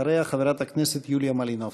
אחריה, חברת הכנסת יוליה מלינובסקי.